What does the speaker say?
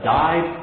died